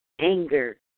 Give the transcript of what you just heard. anger